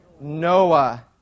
Noah